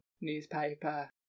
newspaper